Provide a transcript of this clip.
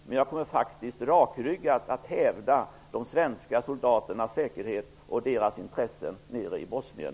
Men jag kommer faktiskt rakryggat att hävda de svenska soldaternas säkerhet och deras intressen nere i Bosnien.